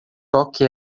toque